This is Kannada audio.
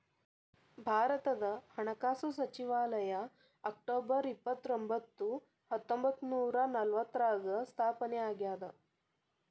ಭಾರತದ ಹಣಕಾಸು ಸಚಿವಾಲಯ ಅಕ್ಟೊಬರ್ ಇಪ್ಪತ್ತರೊಂಬತ್ತು ಹತ್ತೊಂಬತ್ತ ನೂರ ನಲವತ್ತಾರ್ರಾಗ ಸ್ಥಾಪನೆ ಆಗ್ಯಾದ